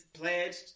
pledged